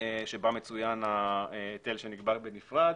שבה מצוין ההיטל שנגבה בנפרד,